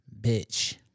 bitch